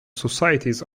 societies